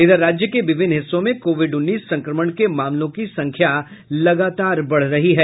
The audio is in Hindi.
इधर राज्य के विभिन्न हिस्सों में कोविड उन्नीस संक्रमण के मामालों की संख्या लगातार बढ़ रही है